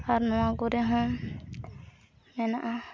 ᱟᱨ ᱱᱚᱣᱟ ᱠᱚᱨᱮ ᱦᱚᱸ ᱢᱮᱱᱟᱜᱼᱟ